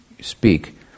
speak